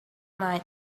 night